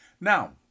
Now